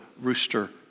rooster